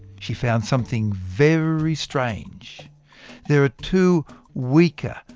she found something very strange there are two weaker,